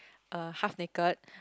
uh half naked